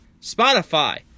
Spotify